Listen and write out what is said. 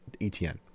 ETN